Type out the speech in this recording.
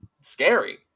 scary